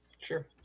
Sure